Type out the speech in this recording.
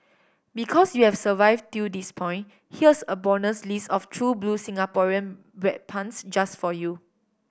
because you have survived till this point here's a bonus list of true blue Singaporean bread puns just for you